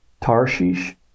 Tarshish